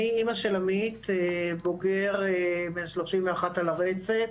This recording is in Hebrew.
אני אמא של עמית, בוגר בן שלושים ואחת, על הרצף.